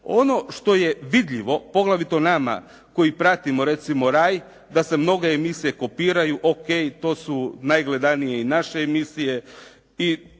Ono što je vidljivo poglavito nama koji pratimo recimo RAI da se mnoge emisije kopiraju, OK to su najgledanije i naše emisije